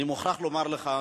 האם זה כל תהליך לימוד הרשיון?